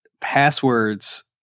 passwords